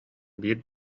биир